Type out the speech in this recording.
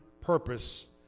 purpose